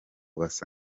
basa